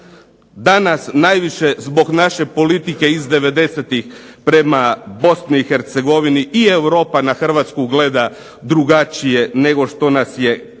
danas najviše zbog naše politike iz 90-ih prema Bosni i Hercegovini i Europa na Hrvatsku gleda drugačije nego što nas je gledala